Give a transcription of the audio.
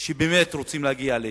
שבאמת רוצים להגיע להסכם.